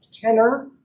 tenor